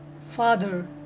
Father